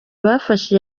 bafashe